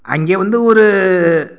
அங்கே வந்து ஒரு